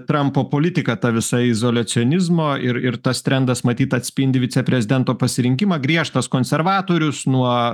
trampo politika ta visa izoliacionizmo ir ir tas trendas matyt atspindi viceprezidento pasirinkimą griežtas konservatorius nuo